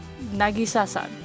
Nagisa-san